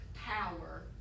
power